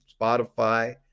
Spotify